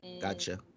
Gotcha